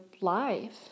life